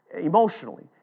emotionally